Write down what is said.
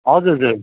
हजुर हजुर